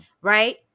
right